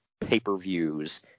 pay-per-views